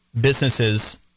businesses